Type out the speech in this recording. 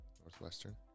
Northwestern